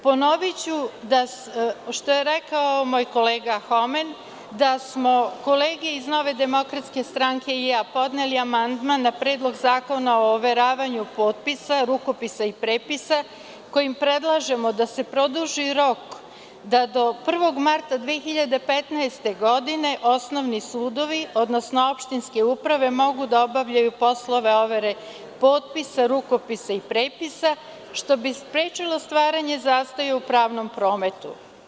Ponoviću ono što je rekao moj kolega Homen, da smo kolege iz Nove demokratske stranke i ja podneli amandman na Predlog zakona o overavanju potpisa, rukopisa i prepisa kojim predlažemo da se produži rok da do 1. marta 2015. godine osnovni sudovi odnosno opštinske uprave mogu da obavljaju poslove overe potpisa, rukopisa i prepisa, što bi sprečilo stvaranje zastoja u pravnom prometu.